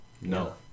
no